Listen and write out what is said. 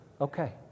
okay